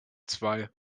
zwei